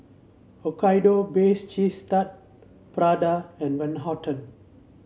Hokkaido Cheese Tart Prada and Van Houten